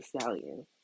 Stallion